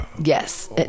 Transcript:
Yes